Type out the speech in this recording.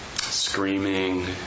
screaming